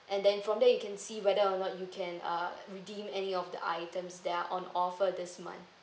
and then from there you can see whether or not you can uh redeem any of the items that are on offer this month